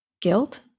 Guilt